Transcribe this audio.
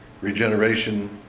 regeneration